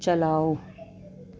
چلاؤ